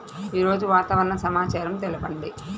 ఈరోజు వాతావరణ సమాచారం తెలుపండి